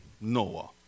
Noah